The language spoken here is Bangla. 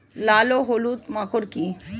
লাল ও হলুদ মাকর কী?